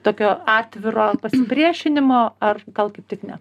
tokio atviro pasipriešinimo ar gal kaip tik ne